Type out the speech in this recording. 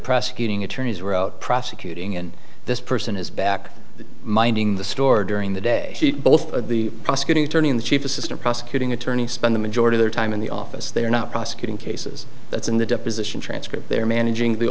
prosecuting attorneys were prosecuting and this person is back minding the store during the day both the prosecuting attorney and the chief assistant prosecuting attorney spend the majority their time in the office they are not prosecuting cases that's in the deposition transcript they're managing the